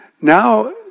now